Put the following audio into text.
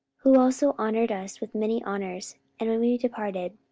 who also honoured us with many honours and when we departed,